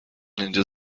اینجا